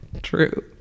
True